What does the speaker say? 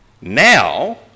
Now